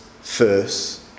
first